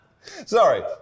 Sorry